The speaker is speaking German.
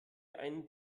ein